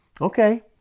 Okay